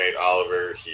Oliver